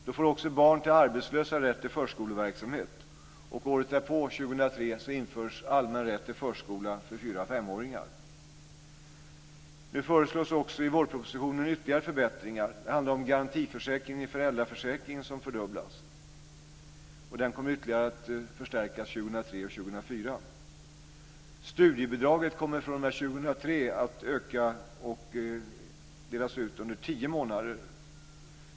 Då får också barn till arbetslösa rätt till förskoleverksamhet. Året därpå, år Det föreslås också i vårpropositionen ytterligare förbättringar. Det handlar om garantiförsäkringen i föräldraförsäkringen som fördubblas. Den kommer ytterligare att förstärkas år 2003 och år 2004. Studiebidraget kommer fr.o.m. år 2003 att öka och delas ut under tio månader.